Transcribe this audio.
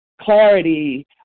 clarity